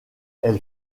elle